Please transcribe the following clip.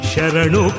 Sharanu